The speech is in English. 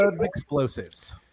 explosives